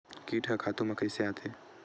कीट ह खातु म कइसे आथे?